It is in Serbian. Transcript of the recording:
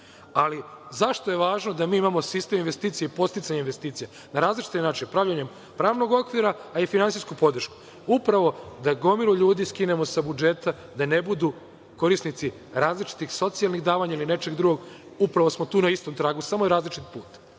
Ali, zašto je važno da mi imamo sistem investicija i podsticanje investicija, na različite načine, pravljenjem pravnog okvira, a i finansijsku podršku? Upravo da gomilu ljudi skinemo sa budžeta, da ne budu korisnici različitih socijalnih davanja ili nečeg drugog. Upravo smo tu na istom tragu, samo je različit put.